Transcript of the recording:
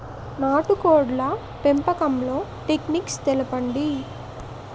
నాటుకోడ్ల పెంపకంలో టెక్నిక్స్ తెలుపండి?